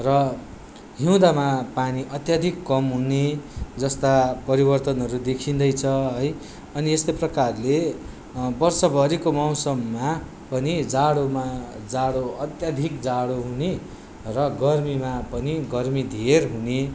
र हिउँदोमा पानी अत्याधिक कम हुने जस्ता परिवर्तनहरू देखिँदैछ है अनि यस्तो प्रकारले वर्षभरिको मौसममा पनि जाडोमा जाडो अत्याधिक जाडो हुने र गर्मीमा पनि गर्मी धेर हुने